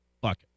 bucket